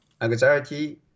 anxiety